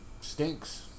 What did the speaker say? stinks